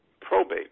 probate